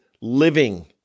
living